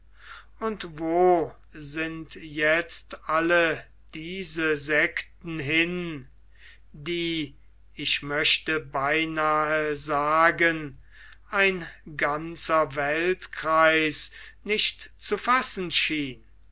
und wo sind jetzt alle diese sekten hin die ich möchte beinahe sagen ein ganzer weltkreis nicht zu fassen